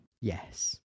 yes